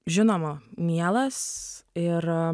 žinoma mielas ir